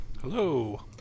Hello